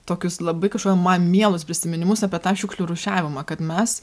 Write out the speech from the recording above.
tokius labai kažkokiu man mielus prisiminimus apie tą šiukšlių rūšiavimą kad mes